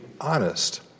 honest